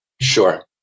Sure